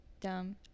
Dumb